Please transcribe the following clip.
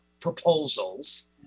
proposals